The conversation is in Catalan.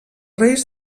reis